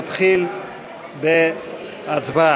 להציג את תשובת הממשלה על הצעת החוק,